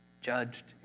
judged